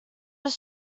was